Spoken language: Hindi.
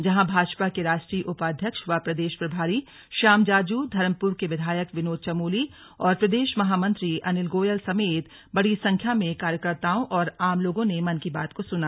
जहां भाजपा के राष्ट्रीय उपाध्यक्ष व प्रदेश प्रभारी श्याम जाजू धर्मपुर के विधायक विनोद चमोली और प्रदेश महामंत्री अनिल गोयल समेत बड़ी संख्या में कार्यकर्ताओं और आम लोगों ने मन की बात को सुना